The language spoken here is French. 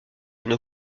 une